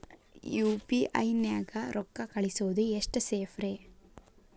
UPI ನ್ಯಾಗ ರೊಕ್ಕ ಕಳಿಸೋದು ಎಷ್ಟ ಸೇಫ್ ರೇ?